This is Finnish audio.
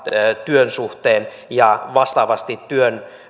työn suhteen ja vastaavasti työn